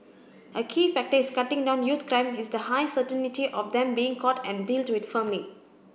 a key factor is cutting down youth crime is the high certainty of them being caught and dealt with firmly